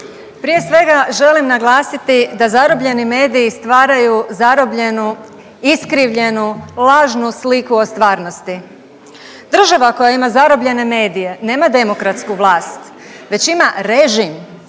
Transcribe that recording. Prije svega želim naglasiti da zarobljeni mediji stvaraju zarobljenu, iskrivljenu, lažnu sliku o stvarnosti. Država koja ima zarobljene medije nema demokratsku vlast, već ima režim